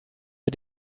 wir